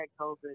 COVID